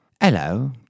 Hello